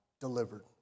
delivered